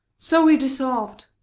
so he dissolv'd,